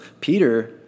Peter